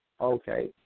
Okay